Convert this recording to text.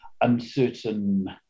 uncertain